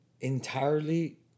entirely